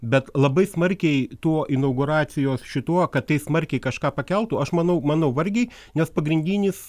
bet labai smarkiai tuo inauguracijos šituo kad tai smarkiai kažką pakeltų aš manau manau vargiai nes pagrindinis